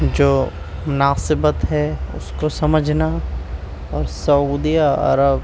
جو مناسبت ہے اس کو سمجھنا اور سعودی عرب